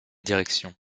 directions